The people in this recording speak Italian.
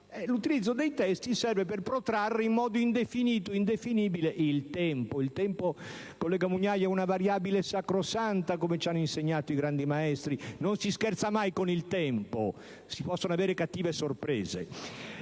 l'utilizzo dei testi - serve per protrarre in modo indefinito e indefinibile il tempo. Il tempo, collega Mugnai, è una variabile sacrosanta, come ci hanno insegnato i grandi maestri. Non si scherza mai con il tempo. Si possono avere cattive sorprese.